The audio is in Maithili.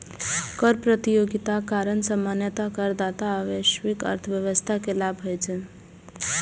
कर प्रतियोगिताक कारण सामान्यतः करदाता आ वैश्विक अर्थव्यवस्था कें लाभ होइ छै